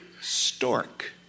stork